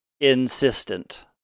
insistent